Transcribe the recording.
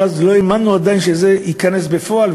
אבל עדיין לא האמנו שזה ייכנס בפועל.